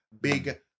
big